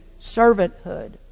servanthood